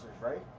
right